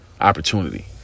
opportunity